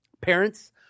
Parents